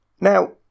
Now